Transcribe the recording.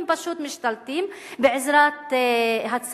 הם פשוט משתלטים בעזרת הצבא.